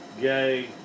gay